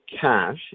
cash